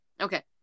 okay